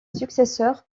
successeur